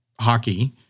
hockey